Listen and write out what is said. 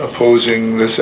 opposing this